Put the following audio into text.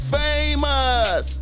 famous